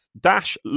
dash